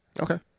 Okay